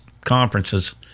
conferences